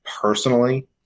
personally